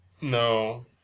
No